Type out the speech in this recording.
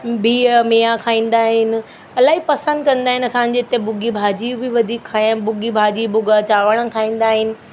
भीअ मिया खाईंदा आहिनि इलाही पसंदि कंदा आहिनि असांजे हिते भुगी भाॼी बि वधीक खायां भुगी भाॼी भुगा चांवर खाईंदा आहिनि